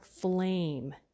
flame